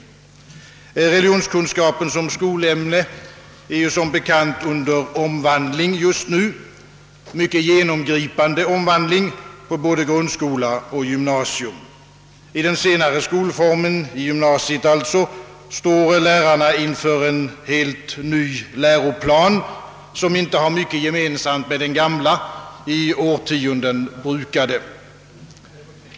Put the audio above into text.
Religionskunskap som skolämne undergår som bekant just nu en mycket genomgripande omvandling både i grundskolan och i gymnasiet. I det senare står lärarna inför en helt ny läroplan, som inte har mycket gemensamt med den gamla och i årtionden tillämpade.